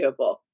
doable